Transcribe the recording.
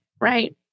Right